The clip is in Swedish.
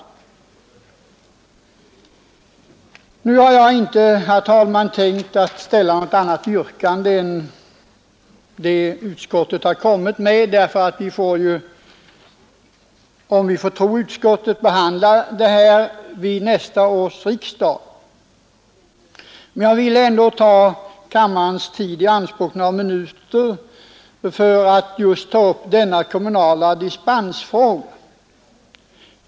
Jag har inte, herr talman, tänkt ställa något annat yrkande än om bifall till utskottets hemställan; vi skall ju, om vi får tro utskottet, behandla detta ärende vid nästa års riksdag. Men jag vill ändå någon minut ta kammarens tid i anspråk för att beröra den kommunala dispensen.